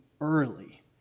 early